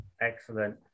Excellent